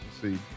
see